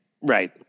Right